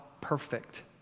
perfect